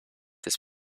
his